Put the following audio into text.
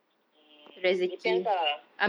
mm depends ah